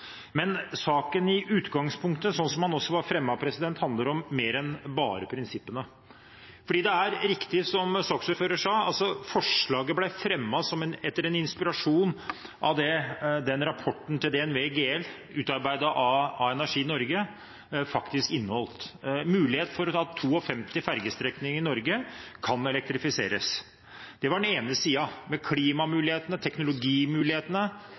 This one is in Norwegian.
Men saken i utgangspunktet – slik som den også var fremmet – handler om mer enn bare prinsippene. Det er riktig som saksordføreren sa: Forslaget ble fremmet etter en inspirasjon av det som rapporten til DNV-GL, utarbeidet av Energi Norge, faktisk inneholdt, muligheten for at 52 fergestrekninger i Norge kan elektrifiseres. Det var det ene siden, med klimamulighetene og teknologimulighetene